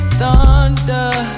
thunder